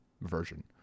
version